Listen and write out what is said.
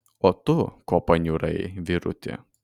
o tu ko paniurai vyruti